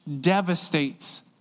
devastates